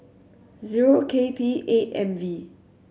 zero K P eight M V